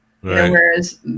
Whereas